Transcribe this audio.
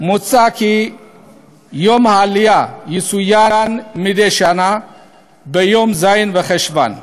מוצע כי יום העלייה יצוין מדי שנה ביום ז' בחשוון,